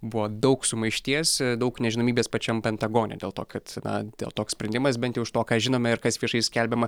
buvo daug sumaišties daug nežinomybės pačiam pentagone dėl to kad na dėl toks sprendimas bent jau iš to ką žinome ir kas viešai skelbiama